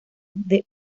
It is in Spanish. the